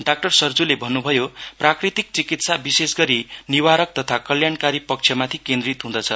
doctor सर्जुले भन्नुभयो प्राकृतिक चिकित्सा विशेषगरि निवारक तथा कल्याणकारी पक्षमाथि केन्द्रित हुँदछ